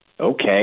Okay